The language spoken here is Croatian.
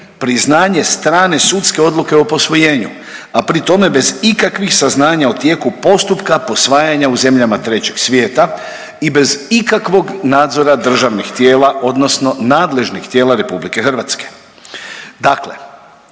priznanje strane sudske odluke o posvojenju, a pri tome bez ikakvih saznanja u tijeku postupka posvajanja u zemljama Trećeg svijeta i bez ikakvog nadzora državnih tijela RH. Dakle, jesu li odlukama